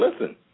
listen